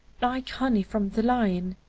like honey from the lion.